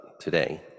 today